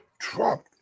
Trump